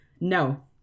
No